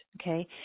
okay